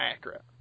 accurate